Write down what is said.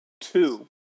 two